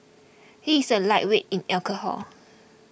he is a lightweight in alcohol